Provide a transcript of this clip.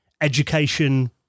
education